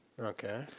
Okay